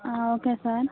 okay sir